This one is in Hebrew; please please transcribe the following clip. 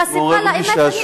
חשיפה לאמת,